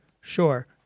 sure